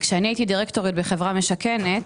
כשאני הייתי דירקטורית בחברה משכנת,